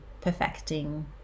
perfecting